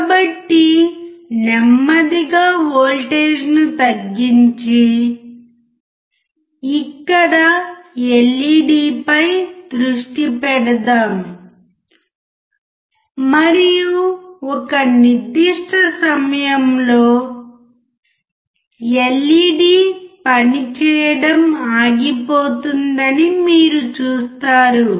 కాబట్టి నెమ్మదిగా వోల్టేజ్ను తగ్గించి ఇక్కడ LED పై దృష్టి పెడదాం మరియు ఒక నిర్దిష్ట సమయంలో LED పనిచేయడం ఆగిపోతుందని మీరు చూస్తారు